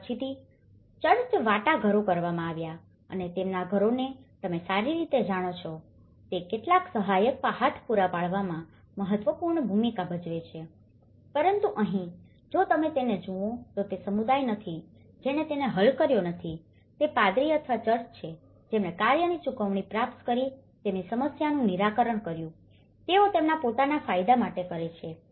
અને પછીથી ચર્ચ વાટાઘાટો કરવામાં અને તેમના ઘરોને તમે સારી રીતે જાણો છો તે માટે કેટલાક સહાયક હાથ પૂરા પાડવામાં મહત્વપૂર્ણ ભૂમિકા ભજવે છે પરંતુ પછી અહીં જો તમે તેને જુઓ તો તે સમુદાય નથી જેણે તેને હલ કર્યો નથી તે પાદરી અથવા ચર્ચ છે જેમણે કાર્યની ચુકવણી પ્રાપ્ત કરીને તેમની સમસ્યાઓનું નિરાકરણ કર્યું છે તેઓ તેમના પોતાના ફાયદા માટે કરે છે